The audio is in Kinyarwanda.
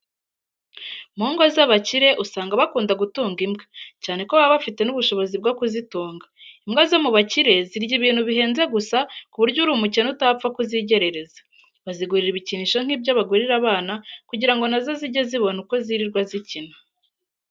Mu ngo z'abakire usanga bakunda gutunga imbwa, cyane ko baba bafite n'ubushobozi bwo kuzitunga. Imbwa zo mu bakire zirya ibintu bihenze gusa ku buryo uri umukene utapfa kuzigerereza. Bazigurira ibikinisho nk'ibyo bagurira abana kugira ngo na zo zijye zibona uko zirirwa zikina.